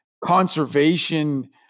conservation